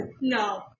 No